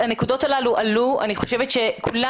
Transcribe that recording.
הדיון עד שעה 13:00. אני חושבת שיש כאן